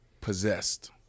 Possessed